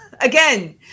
Again